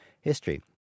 history